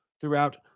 throughout